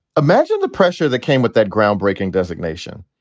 imagine the pressure that came with that groundbreaking designation.